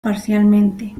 parcialmente